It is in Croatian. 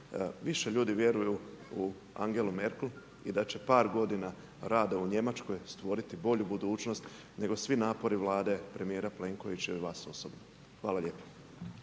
više ljudi vjeruju u Angelu Merkel i da će par godina rada u Njemačkoj stvoriti bolju budućnost nego svi napori Vlade premjera Plenkovića i vas osobno. Hvala lijepo.